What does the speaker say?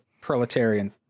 proletarian